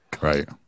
Right